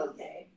Okay